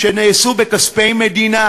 שנעשו בכספי מדינה,